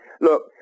Look